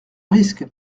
risque